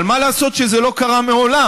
אבל מה לעשות שזה לא קרה מעולם?